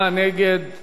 עשרה בעד.